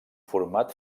format